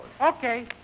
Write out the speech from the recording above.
Okay